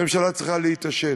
הממשלה צריכה להתעשת.